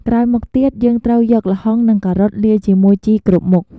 ក្រោយមកទៀត យើងត្រូវយកល្ហុង និងការ៉ុតលាយជាមួយជីគ្រប់មុខ។